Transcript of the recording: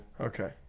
Okay